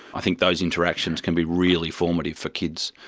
i think those interactions can be really formative for kids.